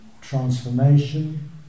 transformation